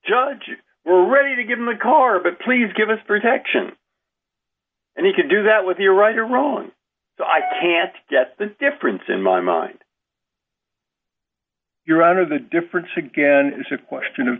you were ready to get in the car but please give us protection and you can do that with your right or wrong so i can't get the difference in my mind your honor the difference again is a question of